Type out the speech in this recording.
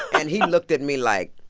and he looked at me like,